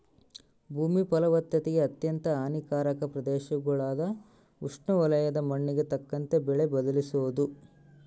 ಭೂಮಿ ಫಲವತ್ತತೆಗೆ ಅತ್ಯಂತ ಹಾನಿಕಾರಕ ಪ್ರದೇಶಗುಳಾಗ ಉಷ್ಣವಲಯದ ಮಣ್ಣಿಗೆ ತಕ್ಕಂತೆ ಬೆಳೆ ಬದಲಿಸೋದು